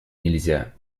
нельзя